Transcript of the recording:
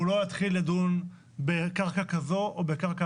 והוא לא יתחיל לדון בקרקע כזו או בקרקע